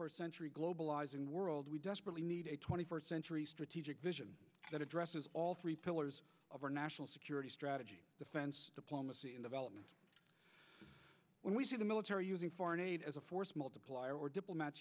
first century globalizing world we desperately need a twenty first century strategic vision that addresses all three pillars of our national security strategy defense diplomacy and development when we see the military using foreign aid as a force multiplier or diplomats